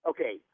Okay